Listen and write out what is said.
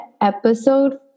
episode